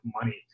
money